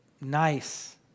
nice